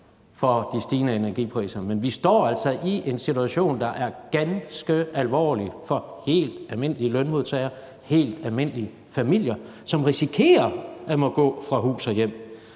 for de stigende energipriser. Men vi står altså i en situation, der er ganske alvorlig for helt almindelige lønmodtagere og helt almindelige familier, som risikerer at måtte gå fra hus og hjem.